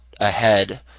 ahead